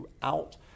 throughout